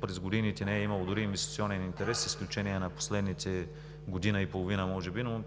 през годините не е имало дори и инвестиционен интерес, с изключение на последната година и половина, но